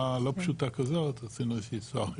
לא פשוטה כזאת עשינו איזושהי תשואה חיובית.